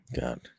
God